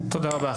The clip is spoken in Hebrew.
תודה רבה.